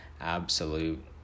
absolute